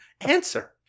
answer